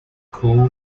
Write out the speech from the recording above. koo